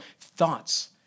thoughts